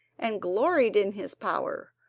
and gloried in his power.